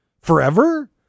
forever